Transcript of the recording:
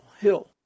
hill